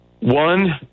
One